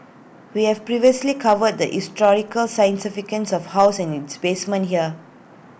we have previously covered the historical scientific of house and its basement here